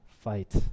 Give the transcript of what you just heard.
fight